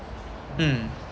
mm